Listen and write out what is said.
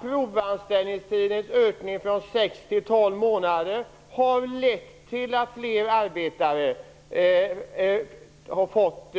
Provanställningstidens ökning från sex till tolv månader har lett till att fler arbetare har fått